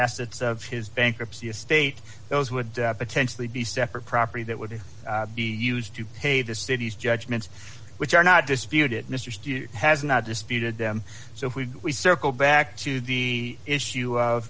assets of his bankruptcy estate those would potentially be separate property that would be used to pay the city's judgments which are not disputed mr stuart has not disputed them so if we circle back to the issue